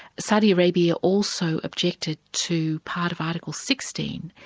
saudi arabia also objected to part of article sixteen,